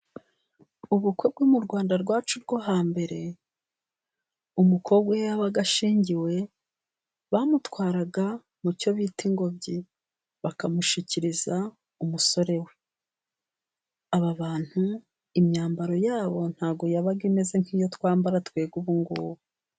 Ubukwe bwo mu Rwanda rwacu rwo hambere ,umukobwa iyo yabaga ashyingiwe bamutwaraga mu cyo bita ingobyi bakamushyikiriza umusore we. Aba bantu imyambaro yabo ntabwo yabaga imeze nk'iyo twambara twebwe ubu ngubu.